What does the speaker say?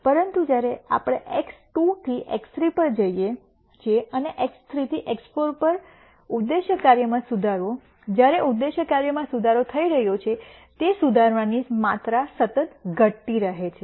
પરંતુ જ્યારે આપણે x2 થી x3 થી જઈએ છીએ અને x3 થી x4 ઉદ્દેશ્ય કાર્યમાં સુધારો જ્યારે ઉદ્દેશ્ય કાર્યમાં સુધારો થઈ રહ્યો છે સુધારણાની માત્રા સતત ઘટતી રહે છે